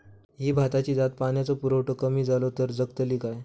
ही भाताची जात पाण्याचो पुरवठो कमी जलो तर जगतली काय?